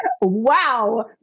Wow